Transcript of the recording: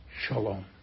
Shalom